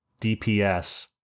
DPS